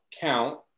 count